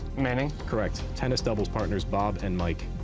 manning. correct. tennis doubles partners bob and mike.